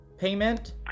payment